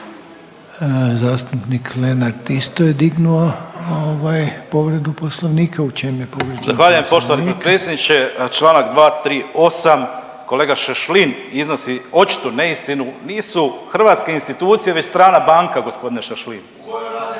Zastupnik Lenart isto je dignuo ovaj povredu Poslovnika. U čemu je povrijeđen Poslovnik? **Lenart, Željko (HSS)** Zahvaljujem poštovani potpredsjedniče. Čl. 238, kolega Šašlin iznosi očitu neistinu. Nisu hrvatske institucije već strana banka, g. Šašlin.